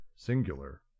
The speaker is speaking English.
singular